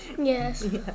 Yes